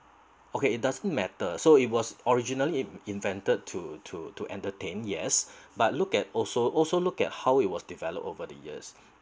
okay it doesn't matter so it was originally in~ invented to to to entertain yes but look at also also look at how it was developed over the years